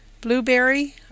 Blueberry